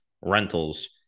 rentals